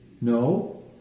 no